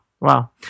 wow